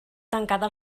tancada